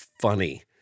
funny